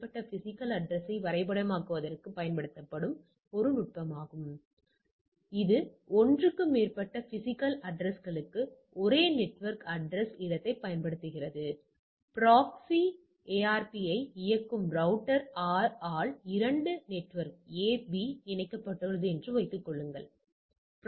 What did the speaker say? நீங்கள் உங்கள் அட்டவணைக்குச் செல்கிறீர்கள்உங்கள் சோதனை புள்ளிவிவரங்கள் தீர்மான எல்லை மதிப்பு எனில் நாம் இன்மை கருதுகோளை நிராகரிக்கிறோம் பெறப்பட்டவை கருத்துரு பரவலுக்குச் சமம் இல்லையெனில் நாம் இன்மை கருதுகோளை ஏற்றுக்கொள்கிறோம்